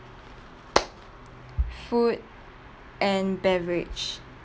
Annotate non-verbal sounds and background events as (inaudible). (noise) food and beverage